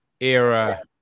era